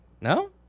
No